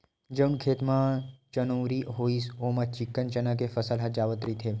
जउन खेत म चनउरी होइस ओमा चिक्कन चना के फसल ह जावत रहिथे